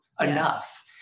enough